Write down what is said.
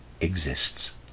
exists